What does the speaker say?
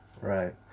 Right